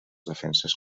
defenses